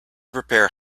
prepare